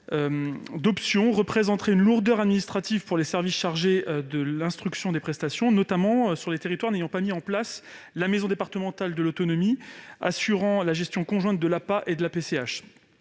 d'option représente une lourdeur administrative pour les services chargés de l'instruction des prestations, notamment sur les territoires n'ayant pas mis en place de maison départementale de l'autonomie, assurant la gestion conjointe de l'APA et de la PCH.